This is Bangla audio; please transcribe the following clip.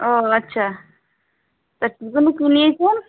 ও আচ্ছা তা কি